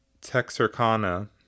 texarkana